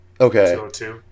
okay